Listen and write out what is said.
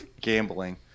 gambling